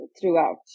throughout